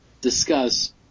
discuss